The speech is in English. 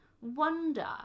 wonder